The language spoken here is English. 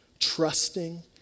Trusting